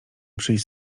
przyjść